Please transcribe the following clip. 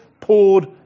poured